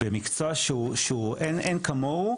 במקצוע שהוא אין כמוהו,